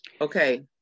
Okay